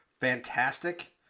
Fantastic